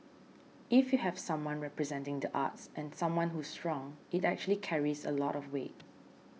if you have someone representing the arts and someone who's strong it actually carries a lot of weight